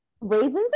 raisins